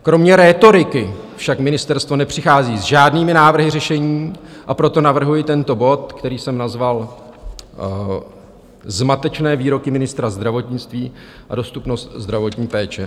Kromě rétoriky však ministerstvo nepřichází s žádnými návrhy řešení, a proto navrhuji tento bod, který jsem nazval Zmatečné výroky ministra zdravotnictví a dostupnost zdravotní péče.